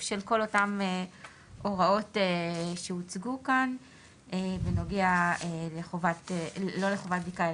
של כל אותן הוראות שהוצגו כאן בנוגע לא לחובת בדיקה,